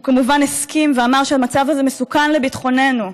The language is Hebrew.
הוא כמובן הסכים ואמר שהמצב הזה מסוכן לביטחוננו.